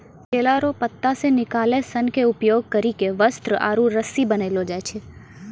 केला रो पत्ता से निकालो सन के उपयोग करी के वस्त्र आरु रस्सी बनैलो जाय छै